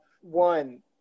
One